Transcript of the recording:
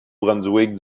brunswick